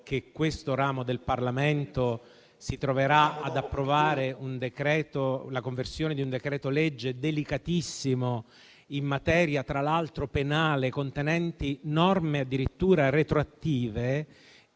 che questo ramo del Parlamento si troverà ad approvare la conversione di un decreto-legge delicatissimo, in materia tra l'altro penale, contenente norme addirittura retroattive,